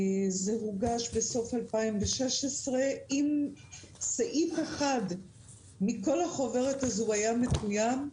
הוא הוגש בסוף 2016. אם סעיף אחד מכל החוברת הזו היה מקוים,